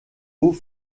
hauts